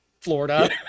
Florida